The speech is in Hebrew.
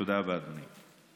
תודה רבה, אדוני.